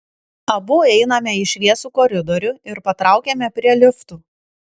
abu einame į šviesų koridorių ir patraukiame prie liftų